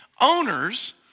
Owners